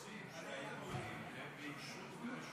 תוסיף שההימורים הם באישור וברשות.